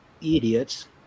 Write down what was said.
idiots